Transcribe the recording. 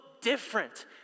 different